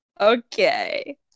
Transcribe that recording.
Okay